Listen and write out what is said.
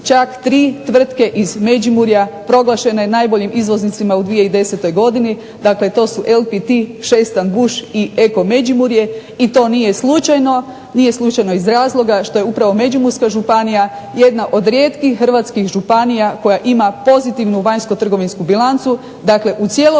čak tri tvrtke iz Međimurja proglašene najboljim izvoznicima u 2010. godini, dakle to su LPT, ŠESTAN-BUSCH i Eko Međimurje i to nije slučajno, nije slučajno iz razloga što je upravo Međimurska županija jedna od rijetkih hrvatskih županija koja ima pozitivnu vanjsko-trgovinsku bilancu. Dakle u cijelosti